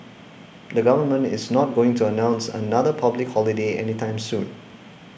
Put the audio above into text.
the government is not going to announce another public holiday anytime soon